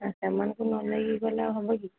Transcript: ଆଛା ସେମାନଙ୍କୁ ନନେଇକି ଗଲେ ହେବ କି